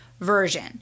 version